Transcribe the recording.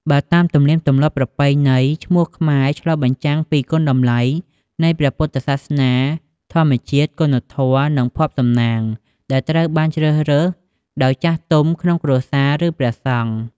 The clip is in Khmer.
បើតាមទំនៀមទម្លាប់ប្រណៃណី ឈ្មោះខ្មែរឆ្លុះបញ្ចាំងពីគុណតម្លៃនៃព្រះពុទ្ធសាសនា ធម្មជាតិ គុណធម៌ និងភ័ព្វសំណាង ដែលត្រូវបានជ្រើសរើសដោយចាស់ទុំក្នុងគ្រួសារ ឬព្រះសង្ឃ។